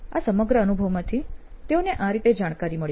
આ સમગ્ર અનુભવમાંથી તેઓને આ મુખ્ય જાણકારી મળી